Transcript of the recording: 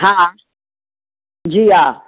हा हा जी हा